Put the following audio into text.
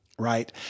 right